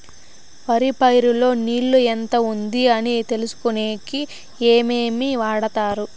వరి పైరు లో నీళ్లు ఎంత ఉంది అని తెలుసుకునేకి ఏమేమి వాడతారు?